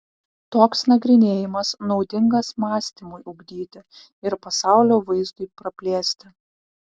toks nagrinėjimas naudingas mąstymui ugdyti ir pasaulio vaizdui praplėsti